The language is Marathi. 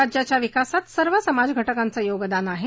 राज्याच्या विकासात सर्व समाज घटकांचं योगदान आहे